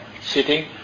sitting